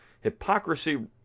Hypocrisy